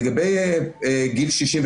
לגבי גיל 67,